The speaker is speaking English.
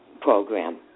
program